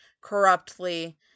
corruptly